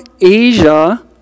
Asia